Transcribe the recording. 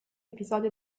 episodio